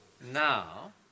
now